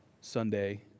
Sunday